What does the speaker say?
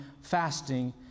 fasting